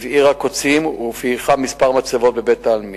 הבעירה קוצים ופייחה כמה מצבות בבית-העלמין.